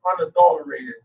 unadulterated